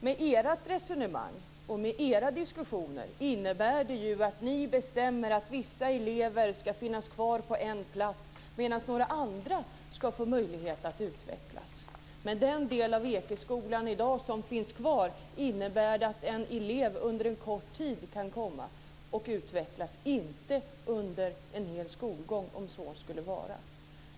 Med era resonemang och med era diskussioner innebär det ju att ni bestämmer att vissa elever ska finnas kvar på en plats, medan några andra ska få möjlighet att utvecklas. Med den del av Ekeskolan som finns kvar i dag, innebär det att en elev under en kort tid kan komma att utvecklas, inte under en hel skolgång, om så skulle vara.